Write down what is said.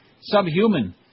Subhuman